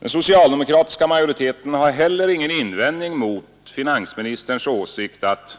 Den socialdemokratiska majoriteten har heller ingen invändning mot finansministerns åsikt att